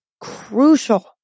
crucial